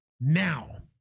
now